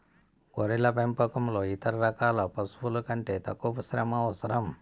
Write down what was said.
గొర్రెల పెంపకంలో ఇతర రకాల పశువుల కంటే తక్కువ శ్రమ అవసరం